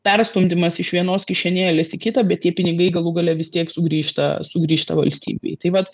perstumdymas iš vienos kišenėlės į kitą bet tie pinigai galų gale vis tiek sugrįžta sugrįžta valstybei tai vat